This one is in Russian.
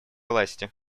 власти